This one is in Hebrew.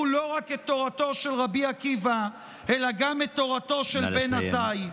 לא רק את תורתו של רבי עקיבא אלא גם את תורתו של בן עזאי,